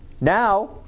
Now